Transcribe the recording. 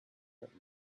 that